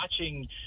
watching